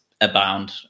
abound